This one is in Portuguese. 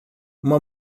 uma